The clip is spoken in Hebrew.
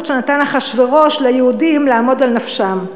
שנתן אחשוורוש ליהודים "לעמוד על נפשם".